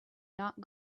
not